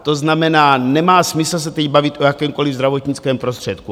To znamená, nemá smysl se teď bavit o jakémkoliv zdravotnickém prostředku.